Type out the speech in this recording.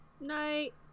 Night